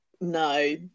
no